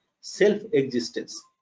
self-existence